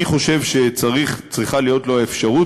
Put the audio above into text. אני חושב שצריכה להיות לו האפשרות,